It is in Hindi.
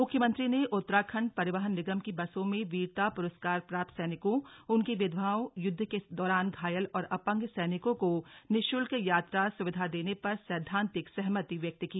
मुख्यमंत्री ने उत्तराखण्ड परिवहन निगम की बसों में वीरता पुरस्कार प्राप्त सैनिकों उनकी विधवाओं युद्ध के दौरान घायल और अपंग सैनिकों को निशुल्क यात्रा सुविधा देने पर सैद्वांतिक सहमति व्यक्त की